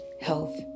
health